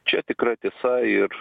čia tikra tiesa ir